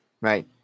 Right